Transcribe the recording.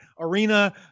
arena